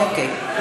אוקיי.